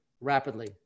rapidly